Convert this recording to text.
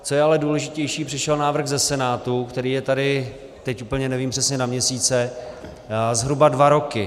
Co je ale důležitější, přišel návrh ze Senátu, který je tady, teď úplně nevím přesně na měsíce, zhruba dva roky.